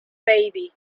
baby